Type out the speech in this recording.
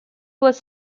was